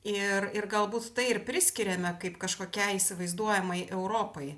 ir ir galbūt tai ir priskiriame kaip kažkokiai įsivaizduojamai europai